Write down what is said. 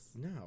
No